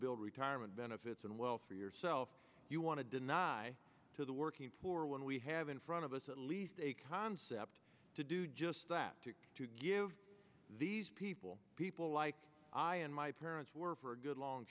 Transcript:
build retirement benefits and wealth for yourself you want to deny to the working poor when we have in front of us at least a concept to do just that to give these people people like i and my parents were for a good long